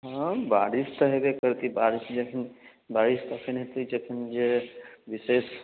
हँ बारिश तऽ होयबे करतै बारिश जखन बारिश तखन होयतै जखन जे विशेष